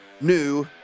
new